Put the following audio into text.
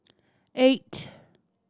eight